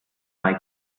mai